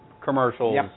commercials